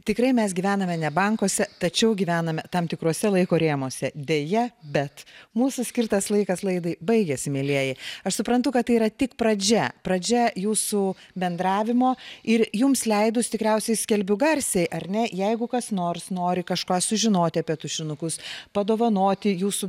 tikrai mes gyvename ne bankuose tačiau gyvename tam tikruose laiko rėmuose deja bet mūsų skirtas laikas laidai baigiasi mielieji aš suprantu kad tai yra tik pradžia pradžia jūsų bendravimo ir jums leidus tikriausiai skelbiu garsiai ar ne jeigu kas nors nori kažką sužinoti apie tušinukus padovanoti jūsų